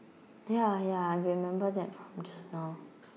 ya ya I remember that from just now